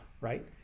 right